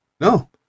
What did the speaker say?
No